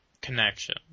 connection